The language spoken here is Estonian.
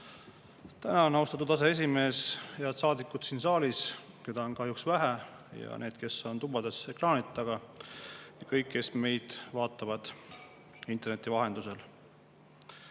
Tänan, austatud aseesimees! Head saadikud siin saalis – keda on kahjuks vähe – ja need, kes on tubades ekraanide ees! Ja kõik, kes meid vaatavad interneti vahendusel!